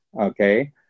Okay